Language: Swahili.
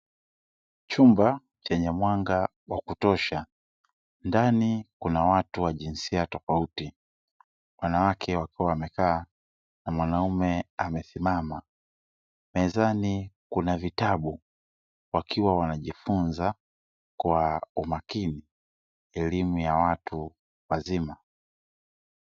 Chumba chenye mwanga wa kutosha ndani kukiwa na watu wa jinsia tofauti mwanaume amesimama mezani kuna vitabu wakiwa wanajifunza kwa umakini elimu ya watu wazima.